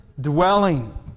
dwelling